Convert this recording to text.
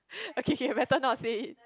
okay K better not say it